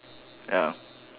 ya